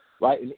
right